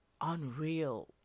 unreal